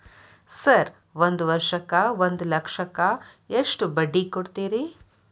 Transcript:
Sir ಒಂದು ವರ್ಷಕ್ಕ ಒಂದು ಲಕ್ಷಕ್ಕ ಎಷ್ಟು ಬಡ್ಡಿ ಕೊಡ್ತೇರಿ?